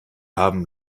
haben